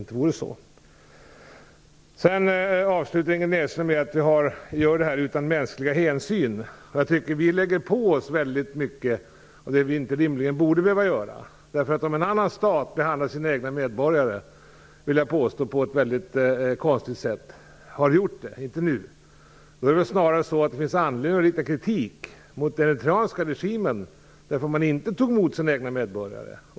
Ingrid Näslund avslutade sitt inlägg med att vi inte tar mänskliga hänsyn. Jag tycker att vi tar på oss mycket som vi rimligen inte borde behöva. Om en annan stat har behandlat sina egna medborgare på ett konstigt sätt finns det väl snarare anledning att rikta kritik mot den eritreanska regimen, som inte tog emot det egna landets medborgare.